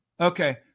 Okay